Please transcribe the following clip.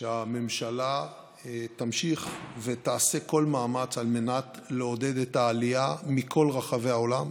שהממשלה תמשיך ותעשה כל מאמץ על מנת לעודד את העלייה מכל רחבי העולם.